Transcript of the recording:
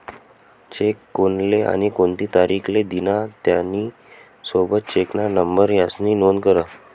check कोनले आणि कोणती तारीख ले दिना, त्यानी सोबत चेकना नंबर यास्नी नोंद करा